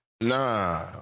Nah